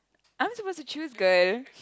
I'm supposed to choose girl